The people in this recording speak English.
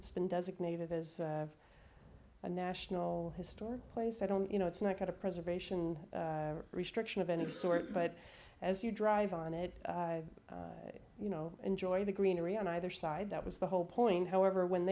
it's been designated as a national historic place i don't you know it's not a preservation restriction of any sort but as you drive on it you know enjoy the greenery on either side that was the whole point however when